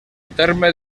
terme